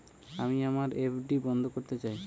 আমি আমার এফ.ডি বন্ধ করতে চাই